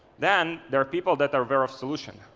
then there are people that are very solution.